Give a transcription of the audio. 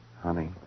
Honey